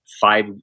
five